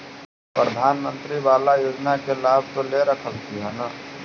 प्रधानमंत्री बाला योजना के लाभ तो ले रहल्खिन ह न?